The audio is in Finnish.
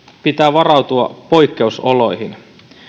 pitää varautua poikkeusoloihin